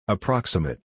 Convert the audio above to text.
Approximate